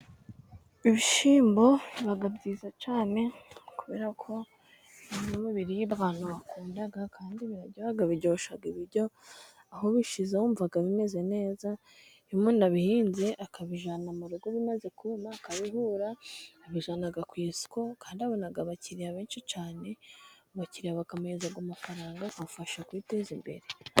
Ibishyimbo biba byiza cyane, kubera ko ni bimwe mu biribwa abantu bakunda, kandi biraryoha biryoshya ibiryo. Aho ubishyize wumva bimeze neza. Iyo umuntu abihinze akabijyana mu rugo, bimaze kuma akabihura; abijyana ku isoko kandi abona abakiriya benshi cyane. Abakiriya bakamuhereza ku mafaranga, akamufasha kwiteza imbere.